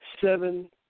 seven